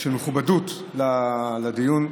ושל מכובדות לדיון.